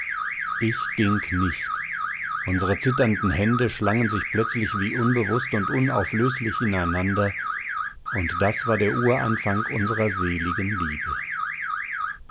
ich ging nicht unsere zitternden hände schlangen sich plötzlich wie unbewußt und unauflöslich ineinander das war der uranfang unserer seligen liebe